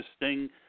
interesting